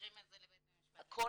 מעבירים את זה לבית משפט לענייני משפחה.